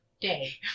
day